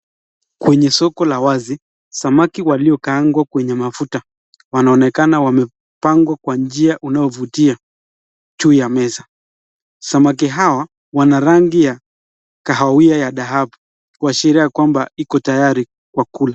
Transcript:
Kwenye soko la wazi, samaki waliokaangwa kwenye mafuta wanaonekana wamepangwa kwa njia unaovutia juu ya meza. Samaki hawa wana rangi ya kahawia ya dhahabu, kuashiria kwamba iko tayari kwa kula.